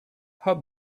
how